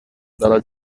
dalla